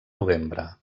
novembre